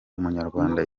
umunyarwanda